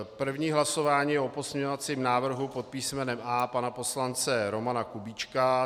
První hlasování je o pozměňovacím návrhu pod písmenem A pana poslance Romana Kubíčka.